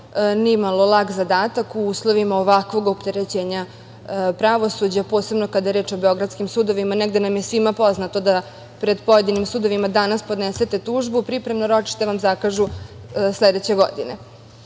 se, lak zadatak u uslovima ovakvog opterećenja pravosuđa, posebno kada je reč o beogradskim sudovima. Negde nam je svima poznato da pred pojedinim sudovima danas podnesete tužbu, a pripremno ročište vam zakažu sledeće godine,